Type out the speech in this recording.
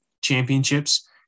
championships